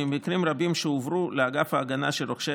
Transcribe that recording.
ממקרים רבים שהועברו לאגף ההגנה של רוכשי